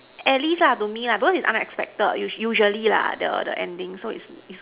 at least to me lah because it is unexpected usually the the ending so its